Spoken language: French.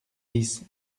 dix